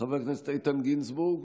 חבר הכנסת איתן גינזבורג,